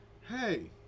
hey